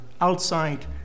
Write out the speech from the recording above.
outside